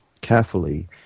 carefully